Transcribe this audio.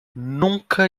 nunca